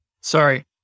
Sorry